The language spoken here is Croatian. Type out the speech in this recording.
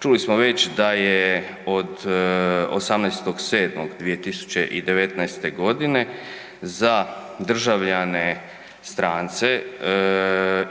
Čuli smo već da je od 18.7.2019.g. za državljane strance